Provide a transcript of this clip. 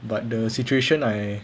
but the situation I